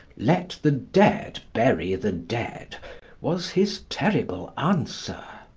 let the dead bury the dead was his terrible answer.